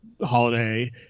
holiday